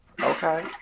Okay